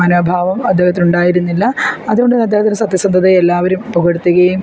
മനോഭാവം അദ്ദേഹത്തിന് ഉണ്ടായിരുന്നില്ല അതുകൊണ്ട് തന്നെ അദ്ദേഹത്തിൻ്റെ സത്യസന്ധതയെ എല്ലാവരും പുകഴ്ത്തുകയും